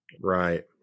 right